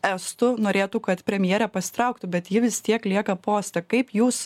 estų norėtų kad premjerė pasitrauktų bet ji vis tiek lieka poste kaip jūs